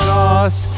Sauce